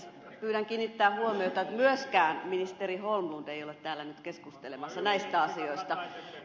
pyydän kiinnittämään huomiota että myöskään ministeri holmlund ei ole täällä nyt keskustelemassa näistä asioista